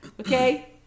okay